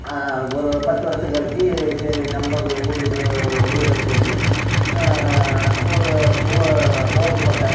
ஒரு பத்து வருஷம் கழித்து சரி நம்ம வீடுக்கு ஒழுகுதுன்னு சொல்லி ஒரு ஓடு போட்டேன்